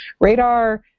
Radar